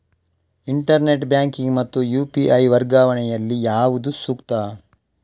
Internet banking ಮತ್ತು UPI ವರ್ಗಾವಣೆ ಯಲ್ಲಿ ಯಾವುದು ಸೂಕ್ತ?